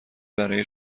برای